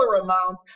amount